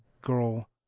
girl